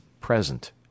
present